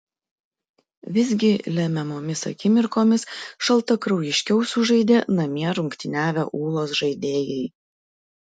visgi lemiamomis akimirkomis šaltakraujiškiau sužaidė namie rungtyniavę ūlos žaidėjai